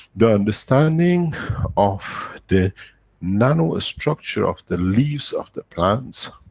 the understanding of the nanostructure of the leaves of the plants,